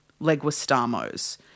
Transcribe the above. Leguistamo's